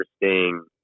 interesting